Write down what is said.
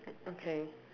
okay